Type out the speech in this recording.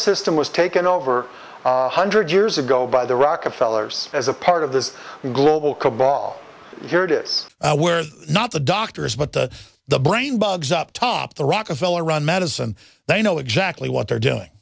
system was taken over one hundred years ago by the rockefeller's as a part of this global cobol curtis where not the doctors but the brain bugs up top the rockefeller run medicine they know exactly what they're doing